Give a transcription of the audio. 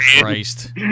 Christ